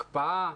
הקפאה,